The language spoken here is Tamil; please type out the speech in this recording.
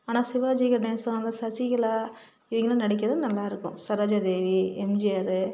ஆனால் சிவாஜிகணேசன் அந்த சசிகலா இவங்கெல்லாம் நடிக்கிறது நல்லாயிருக்கும் சரோஜாதேவி எம்ஜிஆரு